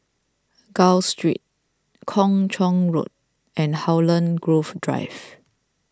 Gul Street Kung Chong Road and Holland Grove Drive